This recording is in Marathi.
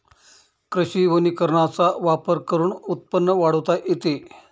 कृषी वनीकरणाचा वापर करून उत्पन्न वाढवता येते